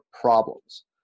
problems